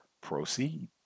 Proceed